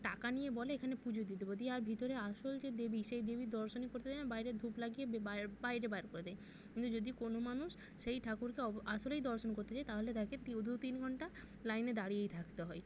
টাকা নিয়ে বলে এখানে পুজো দিয়ে দেবো দিয়ে আর ভিতরে আসল যে দেবী সেই দেবীর দর্শনই করতে দেয় না বাইরে ধূপ লাগিয়ে বে বাইরে বাইরে বার করে দেয় কিন্তু যদি কোনো মানুষ সেই ঠাকুরকে অব আসলেই দর্শন করতে চায় তাহলে তাকে তিয় দু তিন ঘন্টা লাইনে দাড়িয়েই থাকতে হয়